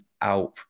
out